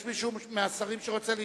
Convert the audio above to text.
מישהו מהשרים רוצה להתייחס?